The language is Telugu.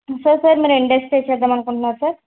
సార్ సార్ మీరు ఎన్ని డేస్ స్టే చేద్దామనుకుంటున్నారు సార్